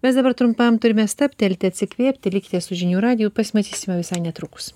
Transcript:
mes dabar trumpam turime stabtelti atsikvėpti likite su žinių radiju pasimatysime visai netrukus